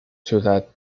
ciudad